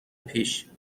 پیش